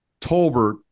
Tolbert